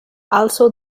also